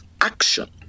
action